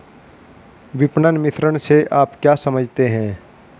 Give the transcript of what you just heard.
विपणन मिश्रण से आप क्या समझते हैं?